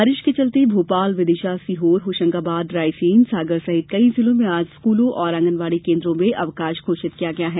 बारिश के चलते भोपाल विदिशा सीहोर होशंगाबाद रायसेन सागर सहित कई जिलों में आज स्कूलों और आंगनवाड़ी केन्द्रों में अवकाश घोषित किया गया है